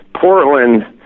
Portland